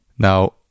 Now